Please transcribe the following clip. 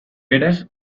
beraz